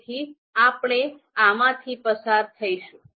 તેથી આપણે આમાંથી પસાર થઈશું